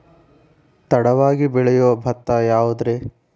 ತಡವಾಗಿ ಬೆಳಿಯೊ ಭತ್ತ ಯಾವುದ್ರೇ?